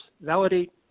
validate